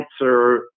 answer